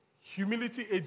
humility